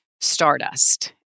stardust